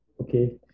okay